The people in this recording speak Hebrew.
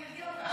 אני ארגיע אותך.